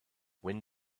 when